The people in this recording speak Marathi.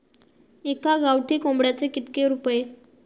एका गावठी कोंबड्याचे कितके रुपये?